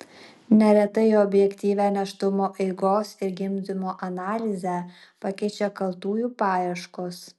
neretai objektyvią nėštumo eigos ir gimdymo analizę pakeičia kaltųjų paieškos